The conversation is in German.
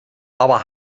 aber